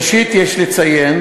ראשית יש לציין